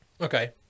Okay